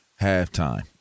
halftime